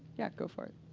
yeah, go for it.